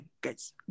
guys